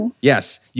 Yes